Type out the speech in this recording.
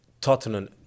Tottenham